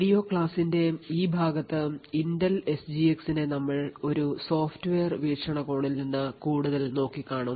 video ക്ലാസ്സിന്റെ ഈ ഭാഗത്ത് ഇന്റൽ എസ് ജി എക്സ്നെ നമ്മൾ ഒരു സോഫ്റ്റ്വെയർ വീക്ഷണകോണിൽ നിന്ന് കൂടുതൽ നോക്കികാണും